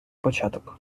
початок